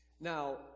Now